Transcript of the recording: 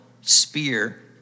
spear